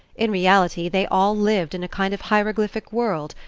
in reality they all lived in a kind of hieroglyphic world,